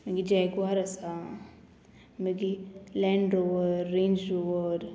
मागीर जॅग्वार आसा मागी लँड रोवर रेंज रोवर